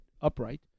upright